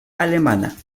alemana